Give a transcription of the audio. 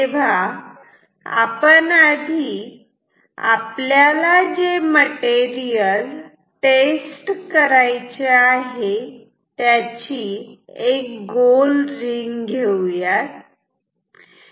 तेव्हा आपण आधी आपल्याला जे मटेरियल टेस्ट करायचे आहे त्याची एक गोल रिंग घेऊयात